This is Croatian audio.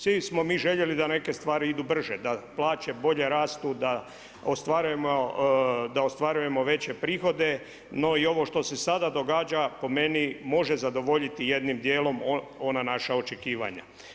Svi smo mi željeli da neke stvari idu brže, da plaće bolje rastu, da ostvarujemo veće prihode, no i ovo što se sada događa, po meni, može zadovoljiti jednim dijelom ona naša očekivanja.